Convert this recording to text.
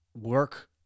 work